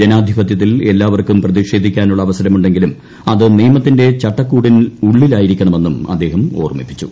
ജനാധിപത്യത്തിൽ എല്ലാവർക്കും പ്രതിഷേധിക്കാനുള്ള അവസരമുണ്ടെങ്കിലും അത് നിയമത്തിന്റെ ചട്ടക്കൂടിനുള്ളിലായിരിക്കണമെന്നും അദ്ദേഹം ഓർമ്മിപ്പിച്ചു